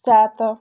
ସାତ